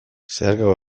zeharkako